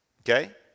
Okay